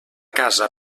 casa